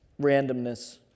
Randomness